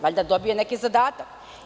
Valjda dobije neki zadatak.